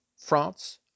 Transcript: France